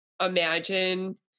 imagine